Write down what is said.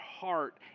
heart